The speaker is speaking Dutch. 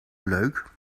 leuk